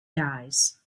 dies